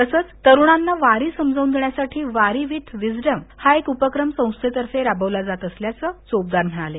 तसंच तरुणांना वारी समजावून देण्यासाठी वारी विथ विस्डम हा एक उपक्रम संस्थेतर्फे राबवला जात असल्याचं चोपदार म्हणाले